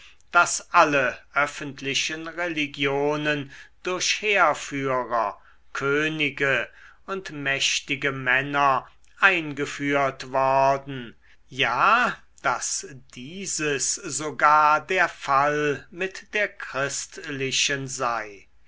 daß alle öffentlichen religionen durch heerführer könige und mächtige männer eingeführt worden ja daß dieses sogar der fall mit der christlichen sei